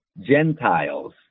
Gentiles